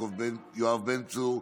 יואב בן צור,